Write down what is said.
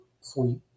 sweet